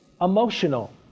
emotional